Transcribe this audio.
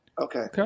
Okay